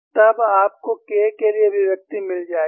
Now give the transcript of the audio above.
तब आपको K के लिए अभिव्यक्ति मिल जाएगी